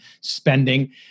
spending